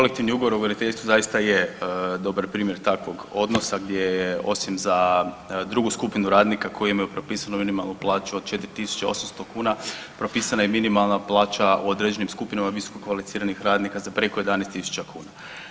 Kolektivni ugovor o graditeljstvu zaista je dobar primjer takvog odnosa gdje je osim za drugu skupinu radnika koji imaju propisanu minimalnu plaću od 4 800 kuna propisana je minimalna plaća u određenim skupinama visokokvalificiranih radnika za preko 11 tisuća kuna.